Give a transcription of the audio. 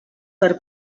per